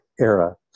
era